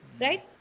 Right